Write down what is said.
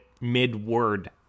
mid-word